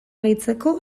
gehitzeko